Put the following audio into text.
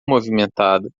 movimentada